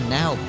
now